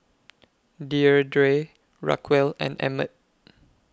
Deirdre Raquel and Emmet